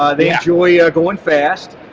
they enjoy going fast,